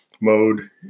mode